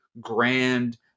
grand